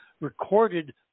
recorded